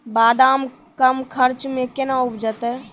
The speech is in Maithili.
बादाम कम खर्च मे कैना उपजते?